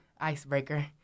Icebreaker